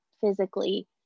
physically